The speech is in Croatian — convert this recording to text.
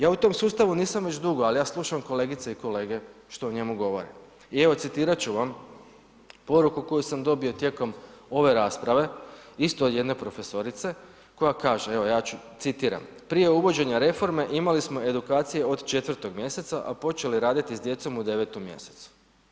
Ja u tom sustavu nisam već dugo, ali ja slušam kolegice i kolege što o njemu govore i evo citirat ću vam poruku koju sam dobio tijekom ove rasprave isto od jedne profesorice, koja kaže, evo ja ću, citiram, prije uvođenja reforme imali smo edukacije od 4. mjeseca, a počeli raditi s djecom u 9. mj.